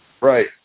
Right